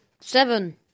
Seven